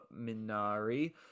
Minari